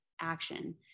action